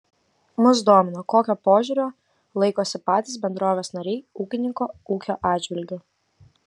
mus domino kokio požiūrio laikosi patys bendrovės nariai ūkininko ūkio atžvilgiu